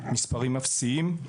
מספרים אפסיים.